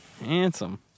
Handsome